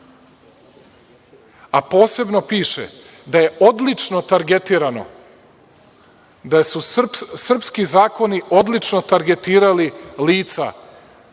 a posebno piše da je odlično targetirano, da su srpski zakoni odlično targetirali lica